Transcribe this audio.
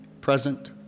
present